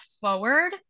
forward